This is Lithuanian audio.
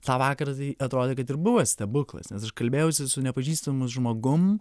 tą vakarą tai atrodė kad ir buvo stebuklas nes aš kalbėjausi su nepažįstamu žmogum